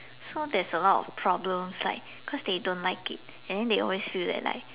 so there's a lot of problems like cause they don't like it and then they always feel that like